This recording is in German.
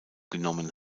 genommen